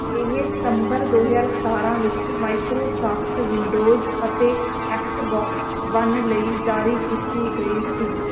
ਇਹ ਸਤੰਬਰ ਦੋ ਹਜ਼ਾਰ ਸਤਾਰ੍ਹਾਂ ਵਿੱਚ ਮਾਈਕਰੋਸਾਫਟ ਵਿੰਡੋਜ਼ ਅਤੇ ਐੱਕਸਬੌਕਸ ਵਨ ਲਈ ਜਾਰੀ ਕੀਤੀ ਗਈ ਸੀ